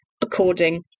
according